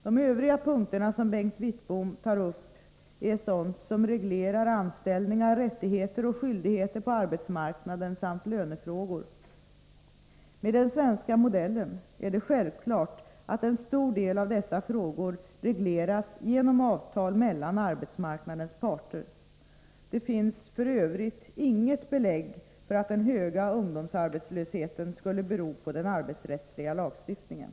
De övriga punkterna som Bengt Wittbom tar upp är sådant som reglerar anställningar, rättigheter och skyldigheter på arbetsmarknaden samt lönefrågor. Med den svenska modellen är det självklart att en stor del av dessa frågor regleras genom avtal mellan arbetsmarknadens parter. Det finns f. ö. inget belägg för att den höga ungdomsarbetslösheten skulle bero på den arbetsrättsliga lagstiftningen.